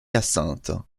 hyacinthe